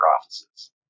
offices